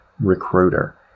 recruiter